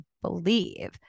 believe